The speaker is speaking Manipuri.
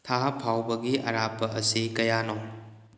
ꯊꯥ ꯐꯥꯎꯕꯒꯤ ꯑꯔꯥꯞꯄ ꯑꯁꯤ ꯀꯌꯥꯅꯣ